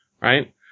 right